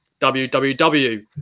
WWW